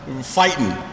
Fighting